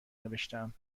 نوشتهام